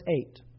eight